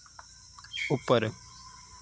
उप्पर